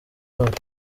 bacu